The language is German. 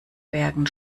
bergen